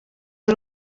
ari